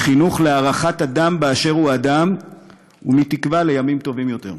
מחינוך להערכת אדם באשר הוא אדם ומתקווה לימים טובים יותר.